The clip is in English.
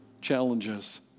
challenges